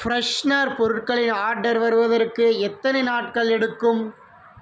freshener பொருட்களின் order வருவதற்கு எத்தனை நாட்கள் எடுக்கும்